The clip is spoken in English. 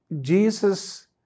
jesus